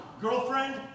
Girlfriend